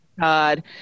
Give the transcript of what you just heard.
god